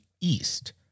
East